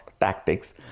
tactics